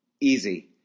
Easy